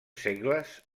segles